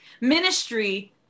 Ministry